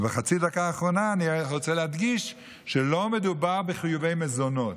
בחצי הדקה האחרונה אני רוצה להדגיש שלא מדובר בחיובי מזונות.